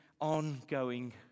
ongoing